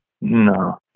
no